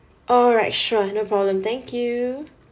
alright sure no problem thank you